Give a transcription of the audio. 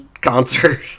concert